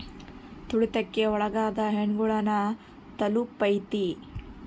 ತುಳಿತಕ್ಕೆ ಒಳಗಾದ ಹೆಣ್ಮಕ್ಳು ನ ತಲುಪೈತಿ